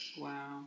Wow